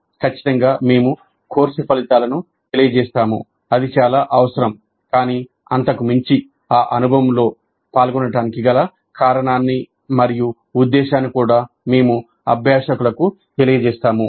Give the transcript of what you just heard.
ఖచ్చితంగా మేము కోర్సు ఫలితాలను తెలియజేస్తాము అది చాలా అవసరం కానీ అంతకు మించి ఆ అనుభవంలో పాల్గొనడానికి గల కారణాన్ని మరియు ఉద్దేశ్యాన్ని కూడా మేము అభ్యాసకులకు తెలియజేస్తాము